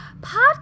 podcast